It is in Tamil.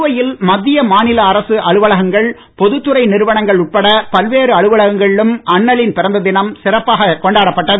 புதுவையில் மத்திய மாநில அரசு அலுவலகங்கள் பொதுத்துறை நிறுவனங்கள் உட்பட்ட பல்வேறு அலுவலகங்களிலும் அண்ணலின் பிறந்த தினம் சிறப்பாக கொண்டாடப்பட்டது